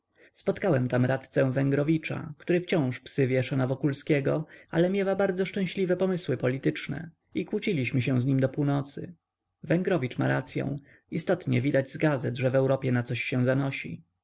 spotkałem tam radcę węgrowicza który wciąż psy wiesza na wokulskiego ale miewa bardzo szczęśliwe pomysły polityczne i kłóciliśmy się z nim do północy węgrowicz ma racyą istotnie widać z gazet że w europie na coś się zanosi